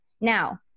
Now